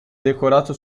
decorato